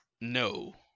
No